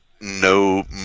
no